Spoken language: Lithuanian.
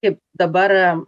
kaip dabar